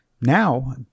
Now